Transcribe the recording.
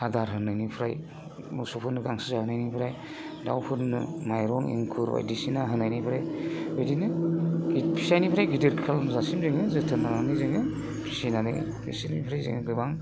आदार होनायनिफ्राय मोसौफोरनो गांसो जाहोनायनिफ्राय दाउ फोरनो माइरं एंखुर बायदिसिना होनायनिफ्राय बिदिनो फिसानिफ्राय गिदिर खालामजासे जोङो जोथोन लानानै जोङो बिसिनिफ्राय फिनानै गोबां